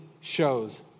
shows